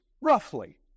Roughly